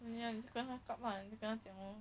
你有几个她搞不好你跟她讲 loh